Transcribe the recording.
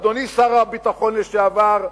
אדוני שר הביטחון לשעבר,